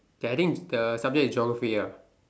K I think the subject is geography ah